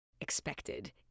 expected